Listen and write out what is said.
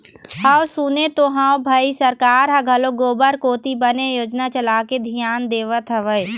हव सुने तो हव भई सरकार ह घलोक गोबर कोती बने योजना चलाके धियान देवत हवय